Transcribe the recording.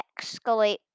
escalate